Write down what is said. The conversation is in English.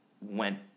went